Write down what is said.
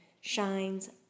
shines